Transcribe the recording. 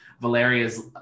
Valeria's